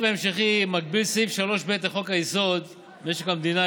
ההמשכי מגביל סעיף 3ב לחוק-היסוד: משק המדינה,